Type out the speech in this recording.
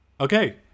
okay